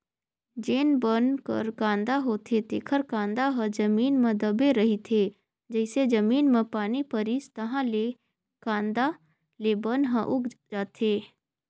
जेन बन कर कांदा होथे तेखर कांदा ह जमीन म दबे रहिथे, जइसे जमीन म पानी परिस ताहाँले ले कांदा ले बन ह उग जाथे